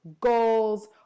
goals